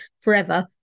forever